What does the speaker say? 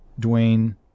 Dwayne